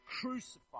crucified